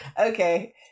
okay